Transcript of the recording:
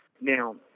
Now